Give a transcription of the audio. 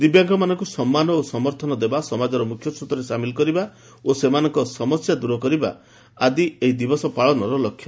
ଦିବ୍ୟାଙ୍ଗମାନଙ୍କୁ ସମ୍ମାନ ଓ ସମର୍ଥନ ଦେବା ସମାଜର ମୁଖ୍ୟସ୍ରୋତରେ ସାମିଲ କରିବା ଓ ସେମାନଙ୍କ ସମସ୍ୟା ଦୂର କରିବା ଆଦି ଏହି ଦିବସ ପାଳନର ଲକ୍ଷ୍ୟ